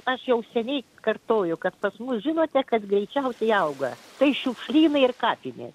aš jau seniai kartoju kad pas mus žinote kas greičiausiai auga tai šiukšlynai ir kapinės